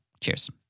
Cheers